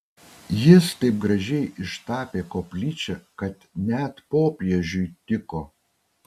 jis taip gražiai ištapė koplyčią kad net popiežiui tiko